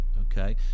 Okay